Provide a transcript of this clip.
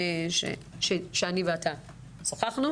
ואז, כשהם עושים מעשה,